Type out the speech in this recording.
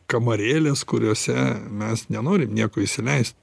kamarėlės kuriose mes nenorim nieko įsileist